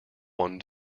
one